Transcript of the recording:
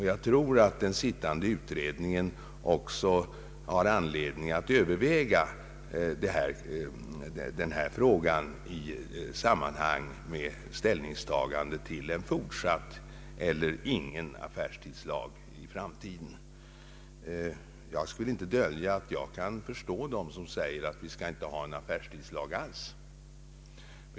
Jag tror att den sittande utredningen också har anledning att överväga denna fråga i samband med ställningstagandet till en fortsatt eller avskaffad affärstidslag i framtiden. Jag skall inte dölja att jag kan förstå den som säger att vi inte alls skall ha någon affärstidslag.